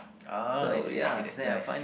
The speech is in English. ah I see I see that's nice